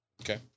Okay